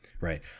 Right